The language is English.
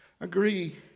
agree